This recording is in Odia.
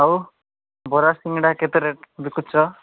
ଆଉ ବରା ସିଙ୍ଗଡ଼ା କେତେ ରେଟ୍ ବିକୁଛ